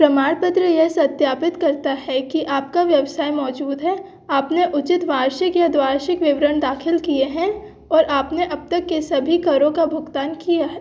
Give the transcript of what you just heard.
प्रमाणपत्र यह सत्यापित करता है कि आपका व्यवसाय मौजूद है आपने उचित वार्षिक या द्विवार्षिक विवरण दाखिल किए हैं और आपने अब तक के सभी करों का भुगतान किया है